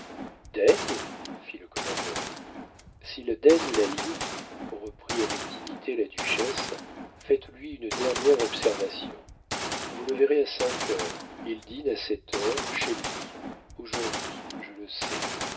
le commandeur s'il daigne la lire reprit avec dignité la duchesse faites-lui une dernière observation vous le verrez à cinq heures il dîne à cette heure chez lui aujourd'hui je le sais